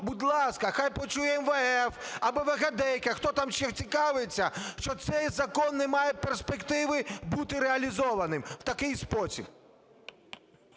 будь ласка, хай почує МВФ, абевегедейка, хто там ще цікавиться, що цей закон не має перспективи бути реалізованим в такий спосіб.